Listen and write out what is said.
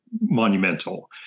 monumental